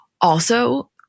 Also-